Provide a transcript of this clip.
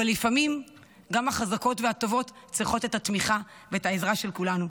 אבל לפעמים גם החזקות והטובות צריכות את התמיכה ואת העזרה של כולנו.